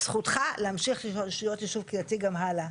זכותך להמשיך להיות יישוב קהילתי גם הלאה.